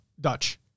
Dutch